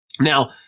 Now